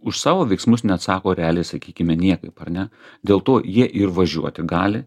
už savo veiksmus neatsako realiai sakykime niekaip ar ne dėl to jie ir važiuoti gali